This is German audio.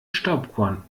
staubkorn